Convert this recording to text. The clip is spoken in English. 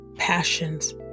passions